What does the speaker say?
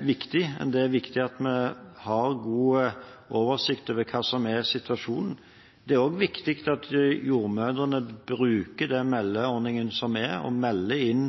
viktig. Det er viktig at vi har god oversikt over hva som er situasjonen. Det er også viktig at jordmødrene bruker den meldeordningen som er, og melder inn